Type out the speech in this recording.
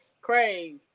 Craig